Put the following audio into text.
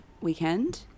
weekend